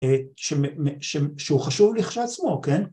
‫שהוא חשוב לכשעצמו, כן?